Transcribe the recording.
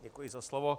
Děkuji za slovo.